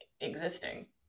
existing